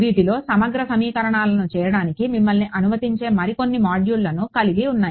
వీటిలో సమగ్ర సమీకరణాలను చేయడానికి మిమ్మల్ని అనుమతించే మరికొన్ని మాడ్యూళ్లను కలిగి ఉన్నాయి